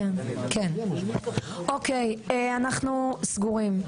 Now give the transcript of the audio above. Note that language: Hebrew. אוקיי, אנחנו סגורים.